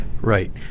Right